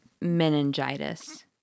meningitis